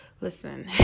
listen